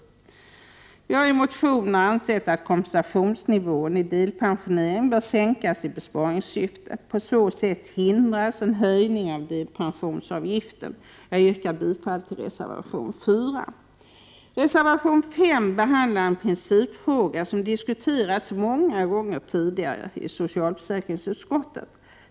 Vi har i motioner ansett att kompensationsnivån i delpensioneringen bör sänkas i besparingssyfte. På så sätt hindras en höjning av delpensionsavgiften. Jag yrkar bifall till reservation 4. Reservation 5 behandlar en principfråga som diskuterats många gånger tidigare i socialförsäkringsutskottet.